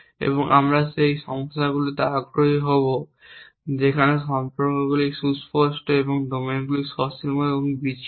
এবং আমরা সেই সমস্যাগুলিতে আগ্রহী হব যেখানে সম্পর্কগুলি সুস্পষ্ট এবং ডোমেনগুলি সসীম এবং বিচ্ছিন্ন